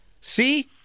See